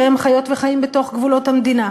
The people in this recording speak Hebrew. שהם חיות וחיים בתוך גבולות המדינה.